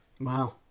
wow